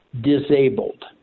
disabled